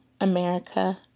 America